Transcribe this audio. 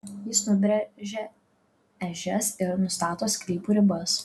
jis nubrėžia ežias ir nustato sklypų ribas